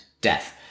death